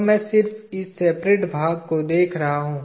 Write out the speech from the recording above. तो मैं सिर्फ इस सेपरेट भाग को दिखा रहा हूँ